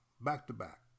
back-to-back